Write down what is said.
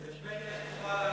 בשבדיה יש תמורה לאגרה.